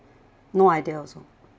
no idea also